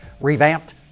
Revamped